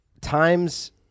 Times